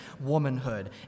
womanhood